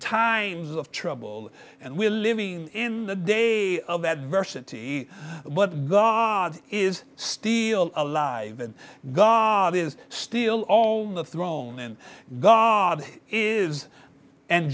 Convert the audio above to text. times of trouble and we are living in the day of adversity but god is still alive in god is still all the throne and god he is and